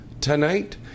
tonight